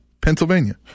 Pennsylvania